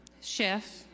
chef